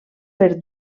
per